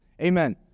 Amen